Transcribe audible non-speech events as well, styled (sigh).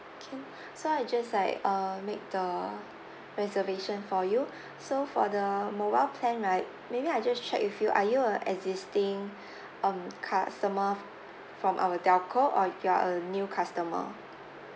can so I just like uh make the reservation for you so for the mobile plan right maybe I just check if you are you a existing (breath) um customer f~ from our telco or you are a new customer